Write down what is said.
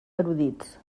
erudits